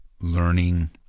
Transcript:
learning